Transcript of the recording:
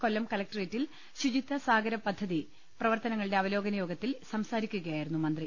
കൊല്ലം കലക്ട്രേറ്റിൽ ശുചിത്വ സാഗരം പദ്ധതി പ്രവർ ത്തനങ്ങളുടെ അവലോകന യോഗത്തിൽ സംസാരിക്കുകയായിരുന്നു മന്ത്രി